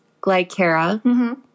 Glycera